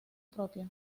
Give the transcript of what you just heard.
propio